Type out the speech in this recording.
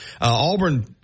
Auburn